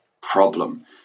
problem